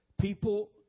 People